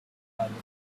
looking